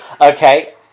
Okay